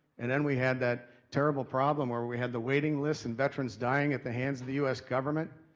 and then we had that terrible problem where we had the waiting list and veterans dying at the hands of the u s government.